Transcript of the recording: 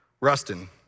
Rustin